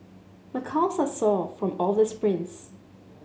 my calves are sore from all the sprints